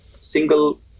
single